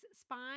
spine